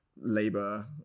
labor